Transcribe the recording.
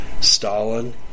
Stalin